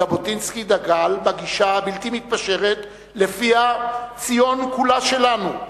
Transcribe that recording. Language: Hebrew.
ז'בוטינסקי דגל בגישה הבלתי-המתפשרת שלפיה "ציון כולה שלנו",